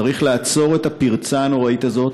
צריך לעצור את הפרצה הנוראית הזאת,